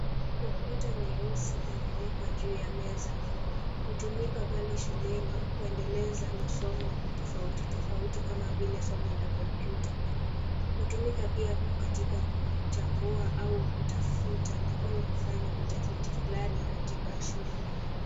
Komputa nyeusi imewekwa juu ya meza. Hutumika pale shuleni kuendeleza masomo tofauti tofauti kama vile somo la komputa. Hutumika pia katika kuchambua au kufanya utafiti fulani katika shule.